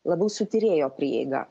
labiau su tyrėjo prieiga